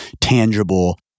tangible